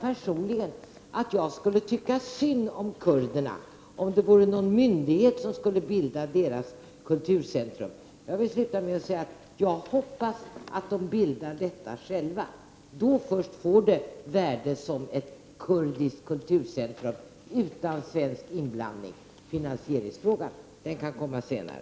Personligen skulle jag tycka synd om kurderna om det vore någon myndighet som skulle bilda deras kulturcentrum. Avslutningsvis hoppas jag att kurderna själva bildar sitt centrum. Då först får det ett värde som kurdiskt kulturcentrum, utan svensk inblandning. Finansieringsfrågan blir aktuell senare.